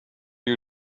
you